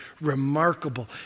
remarkable